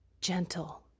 gentle